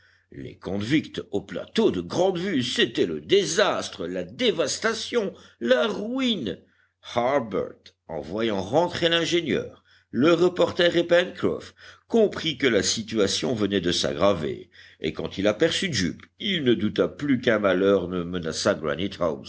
les convicts au plateau de grande vue c'était le désastre la dévastation la ruine harbert en voyant rentrer l'ingénieur le reporter et pencroff comprit que la situation venait de s'aggraver et quand il aperçut jup il ne douta plus qu'un malheur ne menaçât